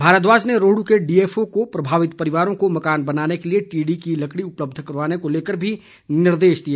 भारद्वाज ने रोहड् के डीएफओ को प्रभावित परिवारों को मकान बनाने के लिए टीडी की लकड़ी उपलब्ध करवाने को लेकर भी निर्देश दिए